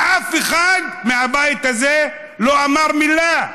ואף אחד מהבית הזה לא אמר מילה.